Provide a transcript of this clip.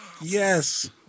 Yes